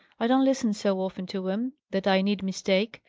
i don't listen so often to em that i need mistake.